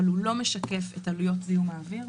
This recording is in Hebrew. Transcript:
אבל הוא לא משקף את עלויות זיהום האוויר,